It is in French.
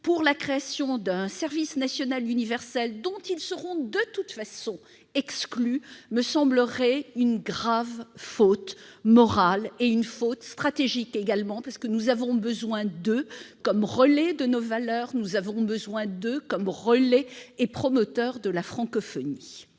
pour la création d'un service national universel dont ils seront de toute façon exclus, me semblerait une grave faute morale, et stratégique puisque nous avons besoin d'eux comme relais de nos valeurs et comme relais et promoteurs de la francophonie.